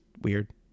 weird